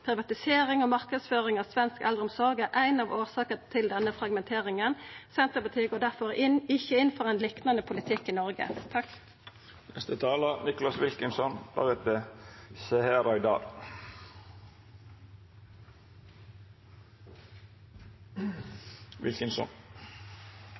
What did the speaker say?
Privatisering og marknadsretting av svensk eldreomsorg er ei av årsakene til denne fragmenteringa. Senterpartiet går derfor ikkje inn for ein liknande politikk i Noreg.